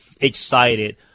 excited